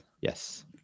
yes